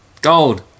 Gold